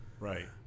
Right